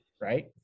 right